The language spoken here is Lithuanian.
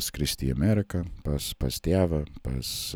skristi į ameriką pas pas tėvą pas